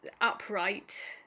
upright